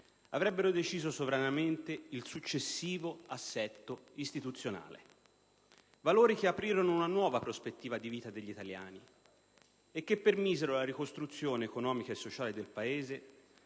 avrebbero deciso sovranamente il successivo assetto istituzionale. Valori che aprirono una nuova prospettiva di vita degli italiani e che permisero la ricostruzione economica e sociale del Paese,